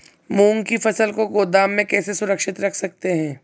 मूंग की फसल को गोदाम में कैसे सुरक्षित रख सकते हैं?